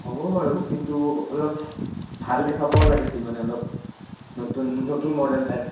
হ'ব বাৰু কিন্তু অলপ ভাল দেখা পাও লাগিছিল মানে অলপ নতুন নতুন মডেল টাইপ